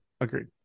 agreed